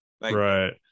right